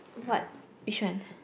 what which one